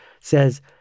says